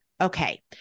Okay